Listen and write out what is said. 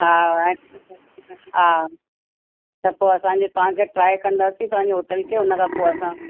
हा ऐं हा त पोइ असांजो तव्हांखे ट्राए कंदासीं तव्हांजी होटल खे हुन खां पोइ असां